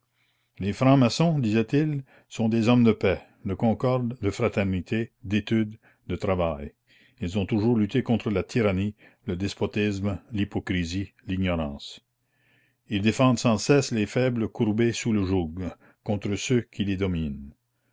les francs-maçons disaient-ils sont des hommes de paix de concorde de fraternité d'étude de travail ils la commune ont toujours lutté contre la tyrannie le despotisme l'hypocrisie l'ignorance ils défendent sans cesse les faibles courbés sous le joug contre ceux qui les dominent